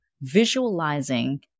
visualizing